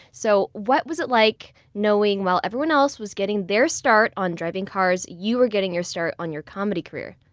so what was it like knowing while everyone else was getting their start on driving cars, you were getting your start on your comedy career?